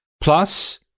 Plus